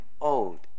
old